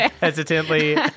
hesitantly